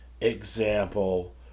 example